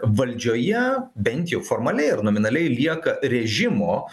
valdžioje bent jau formaliai ir nominaliai lieka režimo